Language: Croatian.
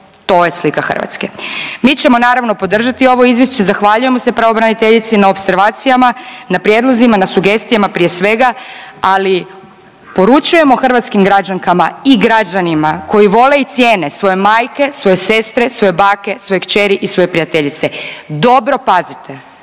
To je slika Hrvatske. Mi ćemo naravno podržati ovo izvješće, zahvaljujemo se pravobraniteljici na opservacijama, na prijedlozima, na sugestijama prije svega, ali poručujemo hrvatskim građankama i građanima koji vole i cijene svoje majke, svoje sestre, svoje bake, svoje kćeri i svoje prijateljice dobro pazite